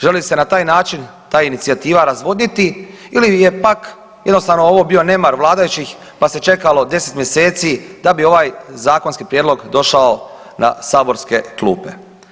Želi li se na taj način ta inicijativa razvodniti ili je pak jednostavno ovo bio nemar vladajućih pa se čekalo 10 mjeseci da bi ovaj zakonski prijedlog došao na saborske klupe?